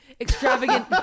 extravagant